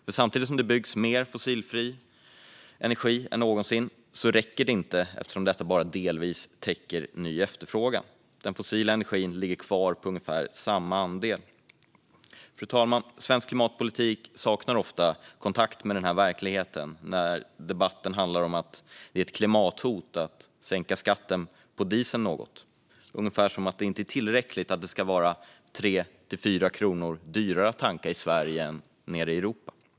För samtidigt som det byggs mer fossilfri energi än någonsin räcker det inte eftersom detta bara delvis täcker ny efterfrågan. Den fossila energin ligger kvar på ungefär samma andel. Fru talman! Svensk klimatpolitik saknar ofta kontakt med denna verklighet. I stället handlar debatten om att det utgör ett klimathot att sänka skatten på diesel något - ungefär som att det inte är tillräckligt att det är 3-4 kronor dyrare att tanka i Sverige än nere i Europa.